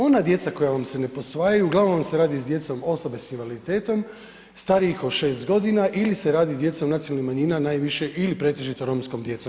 Ona djeca koja vam se ne posvajaju, uglavnom se radi s djecom osobe s invaliditetom starijih od 6 godina ili se radi o djeci nacionalnih manjina najviše ili pretežito romskom djecom.